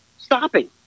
stopping